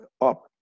up